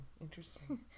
interesting